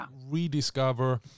rediscover